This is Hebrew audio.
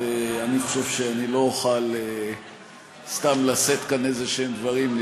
אני חושב שאני לא אוכל סתם לשאת כאן דברים כלשהם,